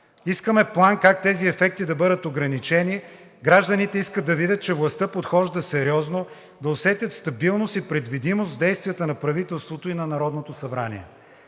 Искаме план как тези ефекти да бъдат ограничени. Гражданите искат да видят, че властта подхожда сериозно, да усетят стабилност и предвидимост в действията на правителството и на Народното събрание.